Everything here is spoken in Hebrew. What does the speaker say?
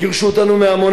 גירשו אותנו מעמונה,